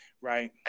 Right